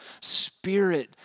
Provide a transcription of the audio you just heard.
spirit